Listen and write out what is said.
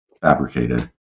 fabricated